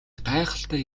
гайхалтай